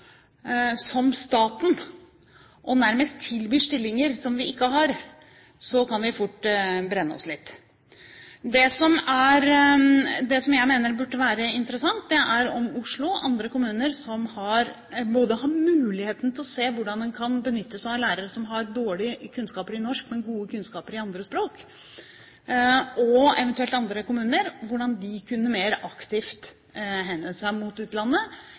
og nærmest tilbyr stillinger som vi ikke har, kan vi fort brenne oss litt. Det jeg mener burde være interessant, er om Oslo, som har muligheten til å se hvordan man kan benytte seg av lærere som har dårlige kunnskaper i norsk, men gode kunnskaper i andre språk, og eventuelt andre kommuner kunne finne ut hvordan man mer aktivt kunne henvende seg mot utlandet,